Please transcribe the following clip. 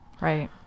Right